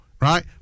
right